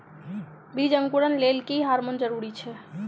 बीज अंकुरण लेल केँ हार्मोन जरूरी छै?